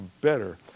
better